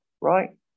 Right